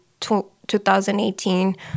2018